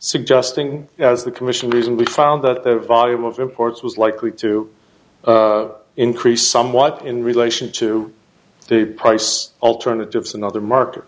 suggesting as the commission reason we found that the volume of imports was likely to increase somewhat in relation to the price alternatives and other market